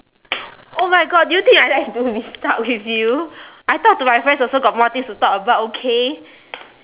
oh my god do you think I like to be stuck with you I talk to my friends also got more things to talk about okay